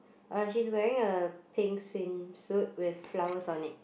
uh she's wearing a pink swimsuit with flowers on it